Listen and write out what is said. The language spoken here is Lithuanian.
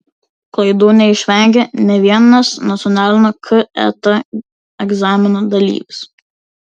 klaidų neišvengė nė vienas nacionalinio ket egzamino dalyvis